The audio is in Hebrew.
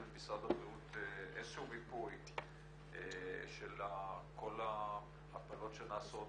ממשרד הבריאות איזשהו מיפוי של כל ההפלות שנעשות,